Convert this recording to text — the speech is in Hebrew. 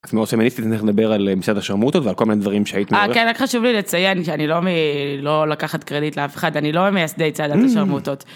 התנועה הפמיניסטית, תיכף נדבר על מצעד השרמוטות ועל כל מיני דברים שהיית מעורבת, חשוב לי לציין שאני לא לא לקחת קרדיט לאף אחד אני לא ממייסדי צעדת השרמוטות.